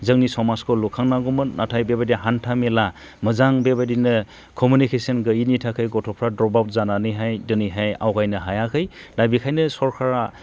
जोंनि समाजखौ लुखांनांगौमोन नाथाय बेबादिनो हान्था मेला मोजां बेबादिनो कमिउनिकेसन गैयिनि थाखाय गथ'फ्रा ड्रपआवट जानानैहाय दिनैहाय आवगायनो हायाखै दा बेखायनो सरखारा